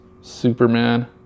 Superman